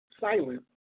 silent